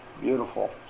Beautiful